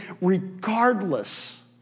regardless